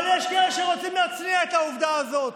אבל יש כאלה שרוצים להצניע את העובדה הזאת.